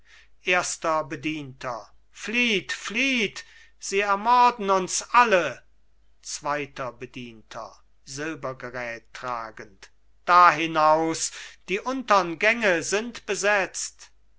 erster bedienter flieht flieht sie morden uns alle zweiter bedienter silbergerät tragend da hinaus die untern gänge sind besetzt